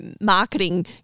marketing